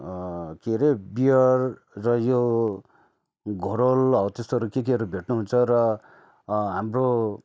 के हरे बियर र यो घोरल हौ तेस्तोहरू के केहरू भेट्नु हुन्छ र हाम्रो